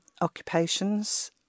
occupations